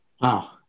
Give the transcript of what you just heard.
Wow